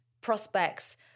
prospects